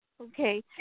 Okay